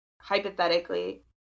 hypothetically